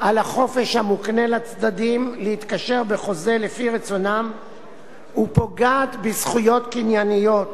על החופש המוקנה לצדדים להתקשר בחוזה לפי רצונם ופוגעת בזכויות קנייניות